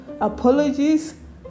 apologies